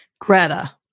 Greta